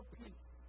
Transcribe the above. peace